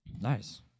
Nice